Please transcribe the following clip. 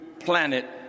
planet